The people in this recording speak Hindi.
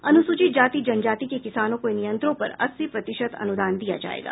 अनुसूचित जाति जनजाति के किसानों को इन यंत्रों पर अस्सी प्रतिशत अनुदान दिया जायेगा